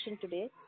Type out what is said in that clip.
today